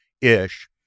ish